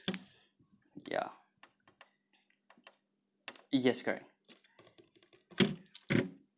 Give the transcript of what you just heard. ya yes correct